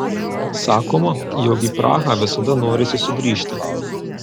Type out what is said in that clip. sakoma jog į prahą visada norisi sugrįžti